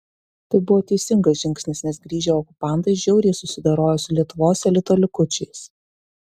tai buvo teisingas žingsnis nes grįžę okupantai žiauriai susidorojo su lietuvos elito likučiais